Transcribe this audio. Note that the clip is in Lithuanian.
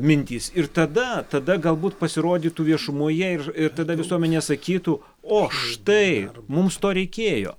mintys ir tada tada galbūt pasirodytų viešumoje ir ir tada visuomenė sakytų o štai mums to reikėjo